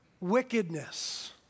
wickedness